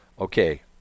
Okay